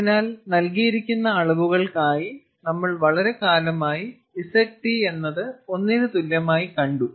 അതിനാൽ നൽകിയിരിക്കുന്ന അളവുകൾക്കായി നമ്മൾ വളരെക്കാലമായി Zt എന്നത് ഒന്നിന് തുല്യമായി കണ്ടു